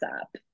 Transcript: up